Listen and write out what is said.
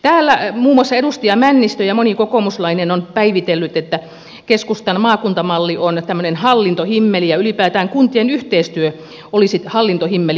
täällä muun muassa edustaja männistö ja moni kokoomuslainen on päivitellyt että keskustan maakuntamalli on tämmöinen hallintohimmeli ja ylipäätään kuntien yhteistyö olisi hallintohimmeli